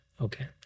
okay